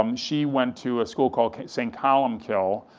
um she went to a school called saint columbkille,